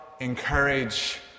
encourage